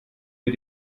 für